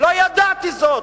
לא ידעתי זאת.